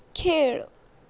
खेळ